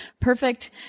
perfect